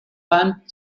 pan